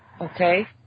Okay